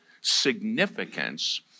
significance